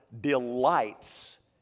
delights